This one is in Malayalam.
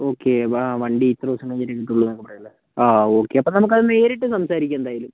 ഓക്കേ ആ വണ്ടി ഇത്ര ദിവസം കഴിഞ്ഞിട്ടേ കിട്ടുവോള്ളുന്നക്കെ പറയല്ലേ ആ ഒക്കെ അപ്പം നമുക്കത് നേരിട്ട് സംസാരിക്കാം എന്തായാലും